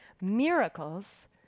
Miracles